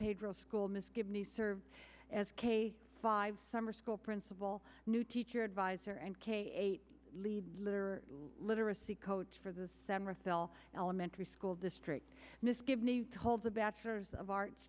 pedro school misgiving he served as k five summer school principal new teacher advisor and k eight lead later literacy coach for the samara fell elementary school district misgave me told the bachelors of arts